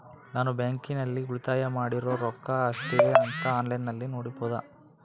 ನಾನು ಬ್ಯಾಂಕಿನಲ್ಲಿ ಉಳಿತಾಯ ಮಾಡಿರೋ ರೊಕ್ಕ ಎಷ್ಟಿದೆ ಅಂತಾ ಆನ್ಲೈನಿನಲ್ಲಿ ನೋಡಬಹುದಾ?